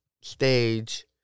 stage